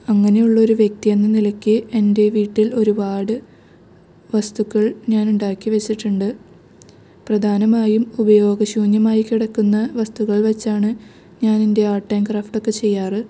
അങ്ങനെയുള്ള ഒരു വ്യക്തി എന്ന നിലക്ക് എൻ്റെ വീട്ടിൽ ഒരുപാട് വസ്തുക്കൾ ഞാൻ ഉണ്ടാക്കി വച്ചിട്ടുണ്ട് പ്രധാനമായും ഉപയോഗശൂന്യമായി കിടക്കുന്ന വസ്തുക്കൾ വച്ചാണ് ഞാൻ എൻ്റെ ആർട്ട് ആൻഡ് ക്രാഫ്റ്റ് ഒക്കെ ചെയ്യാറ്